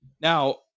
Now